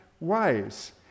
ways